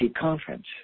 conference